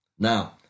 Now